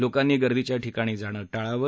लोकांनी गर्दीच्या ठिकाणी जाणं टाळावं